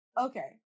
Okay